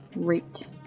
Great